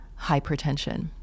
hypertension